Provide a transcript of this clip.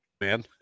man